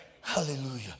Hallelujah